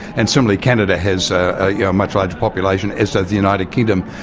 and similarly canada has a yeah much larger population, as does the united kingdom.